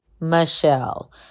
Michelle